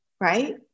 right